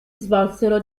svolsero